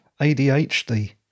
ADHD